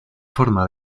forma